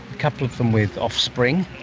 couple of them with offspring,